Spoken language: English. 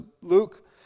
Luke